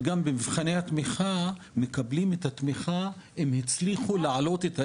אבל גם במבחני התמיכה אתם מקבלים את התמיכה והם הצליחו לעלות את האיזון.